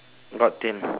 got tail